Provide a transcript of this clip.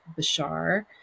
Bashar